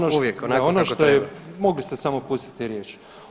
Ali, ono što je, mogli ste samo pustiti riječ.